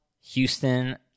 Houston